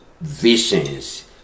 visions